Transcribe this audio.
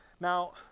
Now